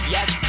Yes